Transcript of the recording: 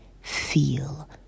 feel